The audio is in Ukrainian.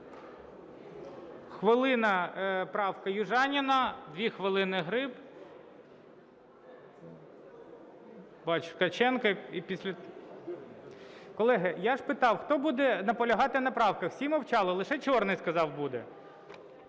Хвилина - правка Южаніної, 2 хвилини – Гриб. Бачу, Ткаченка. Колеги, я ж питав, хто буде наполягати на правках? Всі мовчали, лише Чорний, сказав, буде.